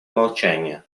молчания